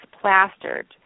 plastered